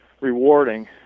rewarding